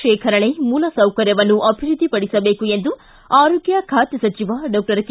ಶೇಖರಣೆ ಮೂಲಸೌಕರ್ಯವನ್ನು ಅಭಿವೃದ್ಧಿಪಡಿಸಬೇಕು ಎಂದು ಆರೋಗ್ಯ ಖಾತೆ ಸಚಿವ ಡಾಕ್ಷರ್ ಕೆ